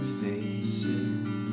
faces